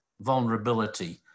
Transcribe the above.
vulnerability